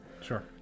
Sure